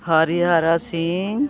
Harihar Singh